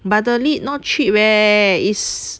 but the lead not cheap eh is